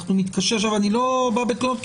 אני לא בא בתלונות,